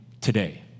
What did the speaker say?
today